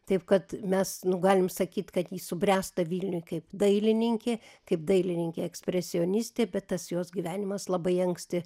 taip kad mes nu galim sakyt kad jis subręsta vilniuj kaip dailininkė kaip dailininkė ekspresionistė bet tas jos gyvenimas labai anksti